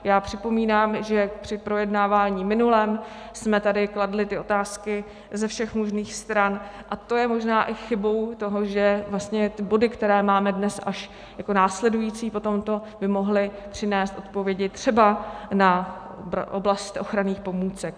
Já připomínám, že při projednávání minulém jsme tady kladli ty otázky ze všech možných stran, a to je možná i chybou toho, že vlastně ty body, které máme dnes až jako následující po tomto, by mohly přinést odpovědi třeba na oblast ochranných pomůcek.